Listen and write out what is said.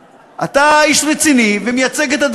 אתה עושה את עבודתך נאמנה,